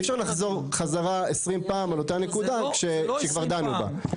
אי אפשר לחזור חזרה 20 פעם על אותה נקודה שכבר דנו בה.